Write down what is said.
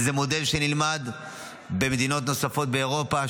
וזה מודל שנלמד במדינות נוספות באירופה,